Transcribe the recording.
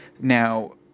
Now